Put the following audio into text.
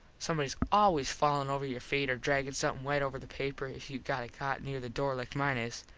somebodys always fallin over your feet or draggin something wet over the paper if youve got a cot near the door like mine is.